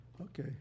Okay